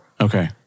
Okay